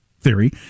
Theory